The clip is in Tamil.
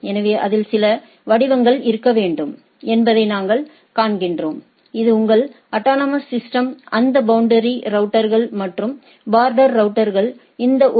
எனவே அதில் சில வடிவங்கள் இருக்க வேண்டும் என்பதை நாங்கள் காண்கிறோம் இது உங்கள் அட்டானமஸ் சிஸ்டம் இந்த பௌண்டரி ரவுட்டர்கள் மற்றும் பார்டர் ரவுட்டர்கள் இந்த ஓ